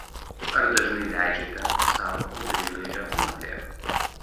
ar dažnai leidžiate sau audringai reaguoti